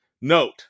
Note